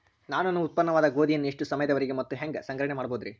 ನಾನು ನನ್ನ ಉತ್ಪನ್ನವಾದ ಗೋಧಿಯನ್ನ ಎಷ್ಟು ಸಮಯದವರೆಗೆ ಮತ್ತ ಹ್ಯಾಂಗ ಸಂಗ್ರಹಣೆ ಮಾಡಬಹುದುರೇ?